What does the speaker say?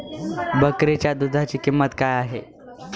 बकरीच्या दूधाची किंमत काय आहे?